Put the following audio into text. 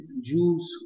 Jews